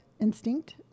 instinct